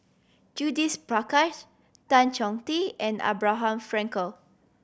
Judith Prakash Tan Chong Tee and Abraham Frankel